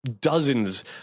Dozens